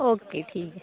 ओ के ठीक ऐ